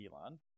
Elon